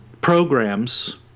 Programs